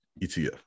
ETF